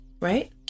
right